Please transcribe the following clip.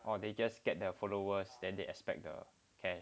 oh they just get the followers then they expect the cash